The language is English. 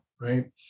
Right